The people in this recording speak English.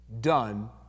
done